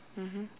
mmhmm